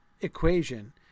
equation